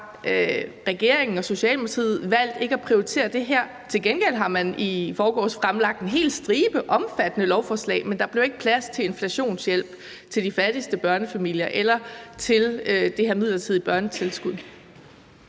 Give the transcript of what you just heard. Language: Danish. regeringen og Socialdemokratiet valgt ikke at prioritere det her. Til gengæld har man i forgårs fremsat en hel stribe omfattende lovforslag, men der blev ikke plads til inflationshjælp til de fattigste børnefamilier eller til det her midlertidige børnetilskud.